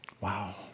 Wow